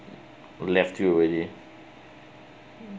left you already